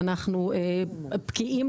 ואנחנו בקיאים,